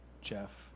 Jeff